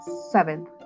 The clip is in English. seventh